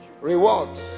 Rewards